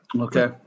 Okay